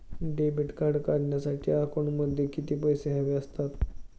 Debit card काढण्यासाठी अकाउंटमध्ये किती पैसे हवे असतात?